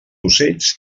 ocells